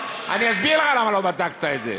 אני אסביר לך למה לא בדקת את זה.